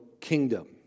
kingdom